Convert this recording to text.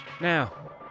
Now